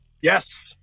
Yes